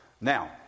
Now